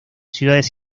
ciudades